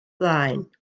blaen